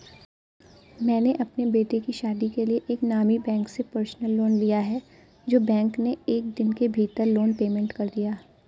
मैंने अपने बेटे की शादी के लिए एक नामी बैंक से पर्सनल लोन लिया है जो बैंक ने एक दिन के भीतर लोन पेमेंट कर दिया